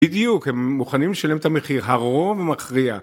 בדיוק הם מוכנים לשלם את המחיר הרוב מכריע